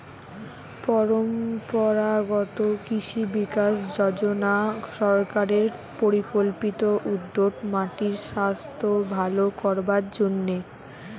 পরম্পরাগত কৃষি বিকাশ যজনা সরকারের পরিকল্পিত উদ্যোগ মাটির সাস্থ ভালো করবার জন্যে